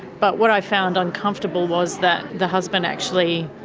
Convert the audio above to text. but what i found uncomfortable was that the husband actually